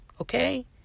Okay